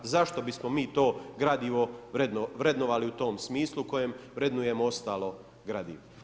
Zašto bismo mi to gradivo vrednovali u tom smislu u kojem vrednujemo ostalo gradivo.